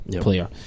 player